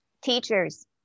teachers